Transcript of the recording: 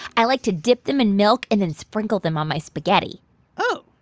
i like to dip them in milk and then sprinkle them on my spaghetti oh.